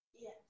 Yes